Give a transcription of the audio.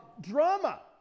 Drama